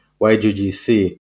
YGGC